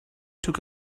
took